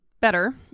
better